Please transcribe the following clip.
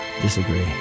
Disagree